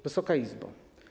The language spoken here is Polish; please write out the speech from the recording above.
Wysoka Izbo!